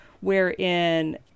wherein